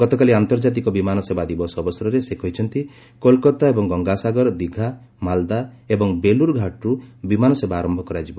ଗତକାଲି ଆନ୍ତର୍ଜାତିକ ବିମାନ ସେବା ଦିବସ ଅବସରରେ ସେ କହିଛନ୍ତି କୋଲକାତା ଏବଂ ଗଙ୍ଗାସାଗର ଦୀଘା ମାଲ୍ଦା ଏବଂ ବେଲୁରୁଘାଟରୁ ବିମାନସେବା ଆରମ୍ଭ କରାଯିବ